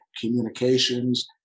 communications